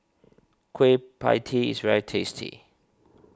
Kueh Pie Tee is very tasty